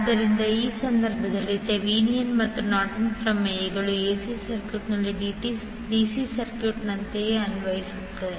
ಆದ್ದರಿಂದ ಈ ಸಂದರ್ಭದಲ್ಲಿ ಥೆವೆನಿನ್ ಮತ್ತು ನಾರ್ಟನ್ನ ಪ್ರಮೇಯಗಳನ್ನು ac ಸರ್ಕ್ಯೂಟ್ನಲ್ಲಿ dc ಸರ್ಕ್ಯೂಟ್ನಂತೆಯೇ ಅನ್ವಯಿಸಲಾಗುತ್ತದೆ